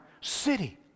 city